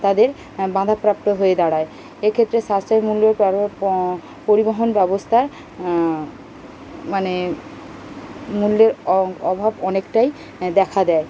তাদের বাধাপ্রাপ্ত হয়ে দাঁড়ায় এক্ষেত্রে সাশ্রয়ী মূল্যের পর প পরিবহন ব্যবস্থার মানে মূল্যের অ অভাব অনেকটাই দেখা দেয়